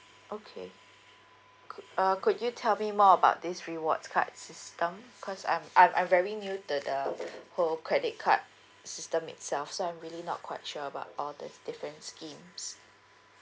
okay could uh could you tell me more about this rewards card system cause I'm I'm I'm very new to the whole credit card system itself so I'm really not quite sure about all these different schemes